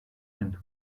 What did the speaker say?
and